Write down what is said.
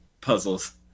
puzzles